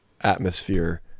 atmosphere